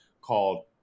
called